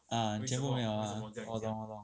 ah 全部没有 liao ah 我懂我懂